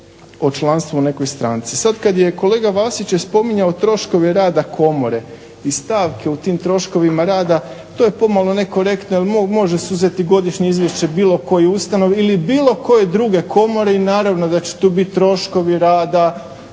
o članstvu u nekoj stranci. Sada kada je kolega Vasić spominjao troškove rada komore i stavke u tim troškovima rada, to je pomalo nekorektno jer može se uzeti godišnje izvješće bilo koje ustanove ili bilo koje druge komore i naravno da će tu biti troškovi rada,